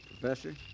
Professor